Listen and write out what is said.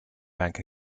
bank